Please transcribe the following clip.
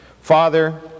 Father